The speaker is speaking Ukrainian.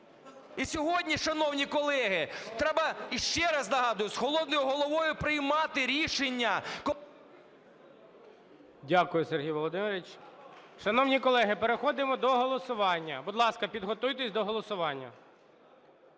І сьогодні, шановні колеги, треба, ще раз нагадую, з холодною головою приймати рішення… ГОЛОВУЮЧИЙ. Дякую, Сергій Володимирович. Шановні колеги, переходимо до голосування. Будь ласка, підготуйтесь до голосування.